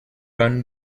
run